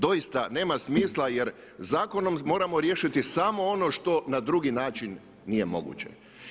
Doista nema smisla jer zakonom moramo riješiti samo ono što na drugi način nije moguće.